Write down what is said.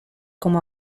como